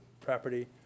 property